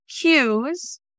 cues